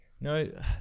No